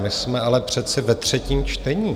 My jsme ale přece ve třetím čtení.